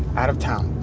out of town.